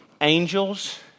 Angels